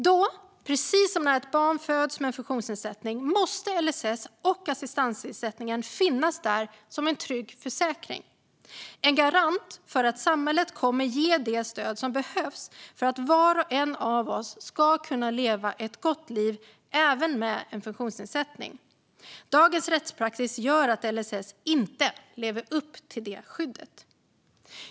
Då, precis som när ett barn föds med en funktionsnedsättning, måste LSS och assistansersättningen finnas där som en trygg försäkring. Det är en garant för att samhället kommer att ge det stöd som behövs för att var och en av oss ska kunna leva ett gott liv även med en funktionsnedsättning. Dagens rättspraxis gör att LSS inte lever upp till det skyddet.